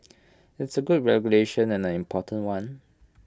it's A good regulation and an important one